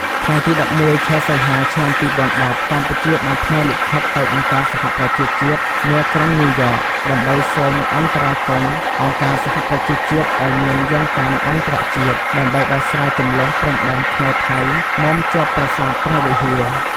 ថ្ងៃទី១១ ខែសីហា ឆ្នាំ២០១០ កម្ពុជាបានផ្ញើលិខិតទៅអង្គការសហប្រជាជាតិ នាក្រុងញ៉ូវយ៉ក ដើម្បីសូមអន្តរាគមន៍អង្គការសហប្រជាជាតិឱ្យមានយន្តកម្មអន្តរជាតិ ដើម្បីដោះស្រាយជម្លោះព្រំដែនខ្មែរ-ថៃមុំជាប់ប្រាសាទព្រះវិហារ។